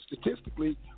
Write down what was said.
statistically